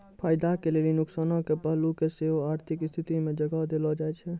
फायदा के लेली नुकसानो के पहलू के सेहो आर्थिक स्थिति मे जगह देलो जाय छै